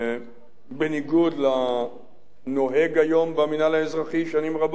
בניגוד לנוהג היום במינהל האזרחי שנים רבות,